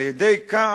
על-ידי כך,